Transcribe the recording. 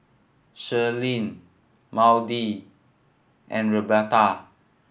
Shirleen Maude and Roberta